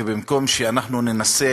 ובמקום שאנחנו ננסה